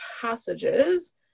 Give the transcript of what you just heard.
passages